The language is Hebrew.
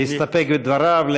להסתפק בדבריו?